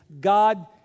God